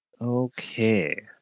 Okay